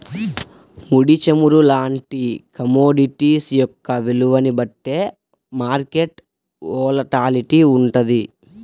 ముడి చమురు లాంటి కమోడిటీస్ యొక్క విలువని బట్టే మార్కెట్ వోలటాలిటీ వుంటది